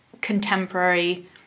contemporary